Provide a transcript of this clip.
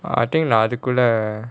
I think அதுக்குள்ள:athukulla